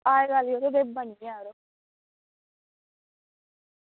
आया यरो दुद्ध निं आंदा ऐ